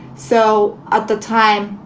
so at the time,